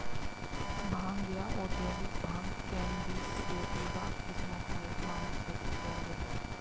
भांग या औद्योगिक भांग कैनबिस सैटिवा किस्मों का एक वानस्पतिक वर्ग है